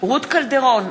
רות קלדרון,